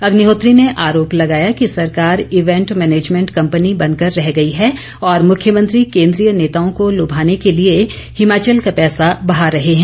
अग्निहोत्री ने आरोप लगाया कि सरकार इवेंट मैनेजमेंट कंपनी बन कर रह गई है और मुख्यमंत्री केंद्रीय नेताओं को लुभाने के लिए हिमाचल का पैसा बहा रहे है